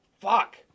fuck